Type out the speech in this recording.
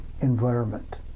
environment